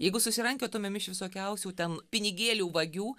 jeigu susirankiotumėm iš visokiausių ten pinigėlių vagių